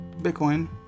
Bitcoin